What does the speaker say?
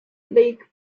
league